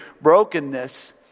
brokenness